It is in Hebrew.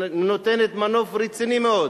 שנותנת מנוף רציני מאוד